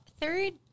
third